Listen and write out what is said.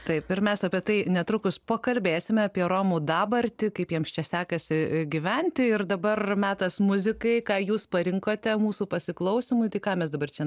taip ir mes apie tai netrukus pakalbėsime apie romų dabartį kaip jiems čia sekasi gyventi ir dabar metas muzikai ką jūs parinkote mūsų pasiklausymui tai ką mes dabar čia